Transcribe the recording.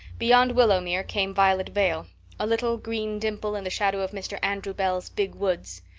beyond willowmere came violet vale a little green dimple in the shadow of mr. andrew bell's big woods.